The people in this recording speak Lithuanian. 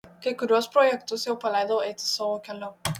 kai kuriuos projektus jau paleidau eiti savo keliu